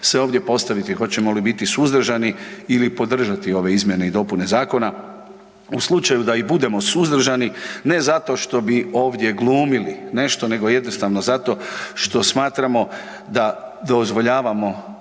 se ovdje postaviti, hoćemo li biti suzdržani ili podržati ove izmjene i dopune zakona. U slučaju da i budemo suzdržani, ne zato što bi ovdje glumili nešto, nego jednostavno zato što smatramo da dozvoljavamo